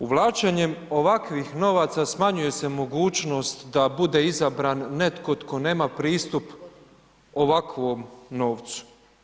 Uvlačenjem ovakvih novaca, smanjuje se mogućnost da bude izabran netko tko nema pristup ovakvom novcu.